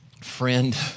friend